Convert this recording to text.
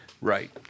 Right